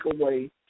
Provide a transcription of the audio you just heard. away